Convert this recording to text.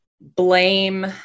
blame